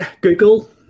Google